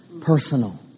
personal